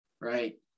right